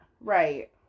right